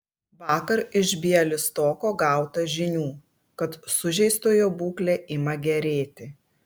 vakar iš bialystoko gauta žinių kad sužeistojo būklė ima gerėti